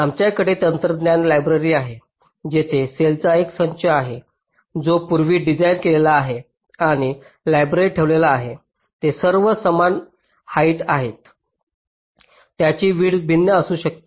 आमच्याकडे तंत्रज्ञान लायब्ररी आहे जिथे सेलचा एक संच आहे जो पूर्व डिझाइन केलेला आहे आणि लायब्ररीत ठेवला आहे ते सर्व समान हाईट आहेत त्यांची विड्थ भिन्न असू शकते